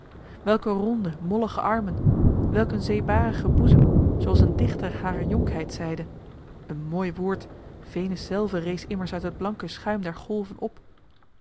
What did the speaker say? welke ronde mollige armen welk een z e e b a r i c h e n boezem zoo als een dichter harer jonkheid zeide een mooi woord venus zelve rees immers uit het blanke schuim der golven op